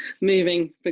moving